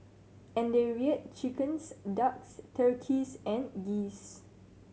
and they reared chickens ducks turkeys and geese